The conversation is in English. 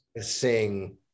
sing